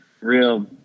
real